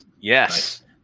Yes